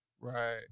Right